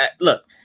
look